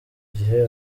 gihe